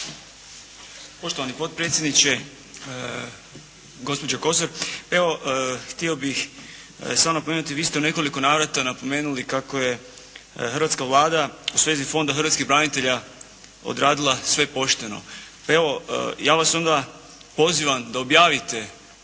Gospodine potpredsjedniče, gospođo Kosor. Evo, htio bih samo napomenuti, vi ste u nekoliko navrata napomenuli kako je hrvatska Vlada u svezi Fonda hrvatskih branitelja odradila sve pošteno. Pa evo, ja vas onda pozivam da objavite